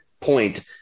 point